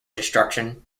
destruction